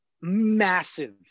massive